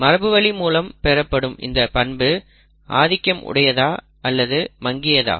மரபுவழி மூலம் பெறப்படும் இந்த பண்பு ஆதிக்கம் உடையதா அல்லது மங்கியதா